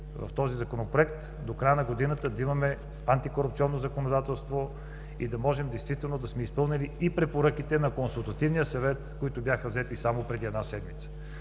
в този Законопроект, до края на годината да имаме антикорупционно законодателство и да можем да сме изпълнили препоръките на Консултативния съвет, които бяха взети само преди една седмица.